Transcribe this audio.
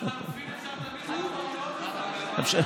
כן.